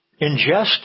ingest